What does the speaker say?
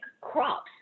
crops